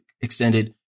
extended